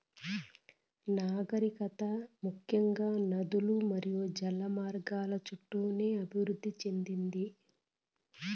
నాగరికత ముఖ్యంగా నదులు మరియు జల మార్గాల చుట్టూనే అభివృద్ది చెందింది